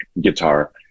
guitar